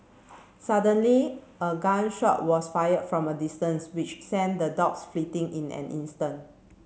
suddenly a gun shot was fired from a distance which sent the dogs fleeting in an instant